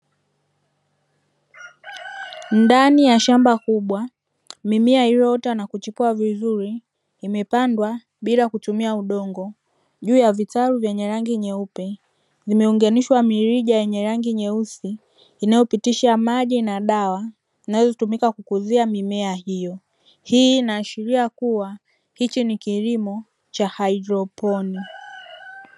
Ndani ya shamba kubwa mimea iliyoota na kuchipua vizuri imepandwa bila kutumia udongo juu ya vitalu vyenye rangi nyeupe, imeunganishwa mirija yenye rangi nyeusi, inayopitisha maji na dawa zinazotumika kukuzia mimea hiyo, hii inaashiria kuwa hiki ni kilimo cha haidroponi.